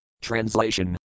Translation